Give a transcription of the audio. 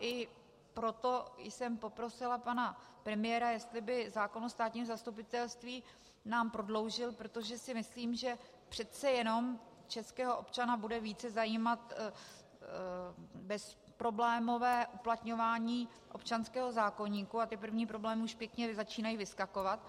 I proto jsem poprosila pana premiéra, jestli by zákon o státním zastupitelství nám prodloužil, protože si myslím, že přece jenom českého občana bude více zajímat bezproblémové uplatňování občanského zákoníku, a ty první problémy už začínají pěkně vyskakovat.